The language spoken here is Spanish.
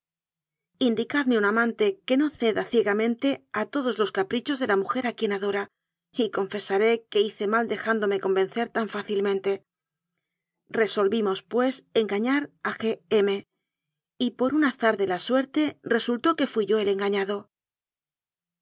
indicadme un amante que no ceda ciegamente a todos los caprichos de la mujer a quien adora y confesaré que hice mal dejándome convencer tan fácilmente resolvimos pues enga ñar a g m y por un azar de la suerte re sultó que fui yo el engañado